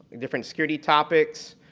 different security topics.